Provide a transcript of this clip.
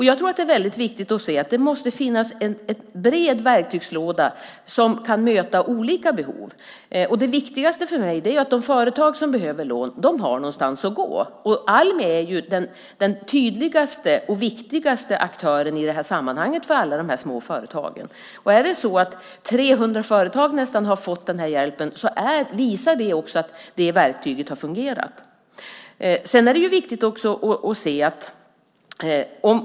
Jag tror att det är väldigt viktigt att det finns en bred verktygslåda som kan möta olika behov. Det viktigaste för mig är att de företag som behöver lån har någonstans att gå. Almi är den tydligaste och viktigaste aktören i det här sammanhanget för alla dessa små företag. Att nästan 300 företag har fått den här hjälpen visar att det verktyget också har fungerat.